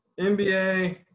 NBA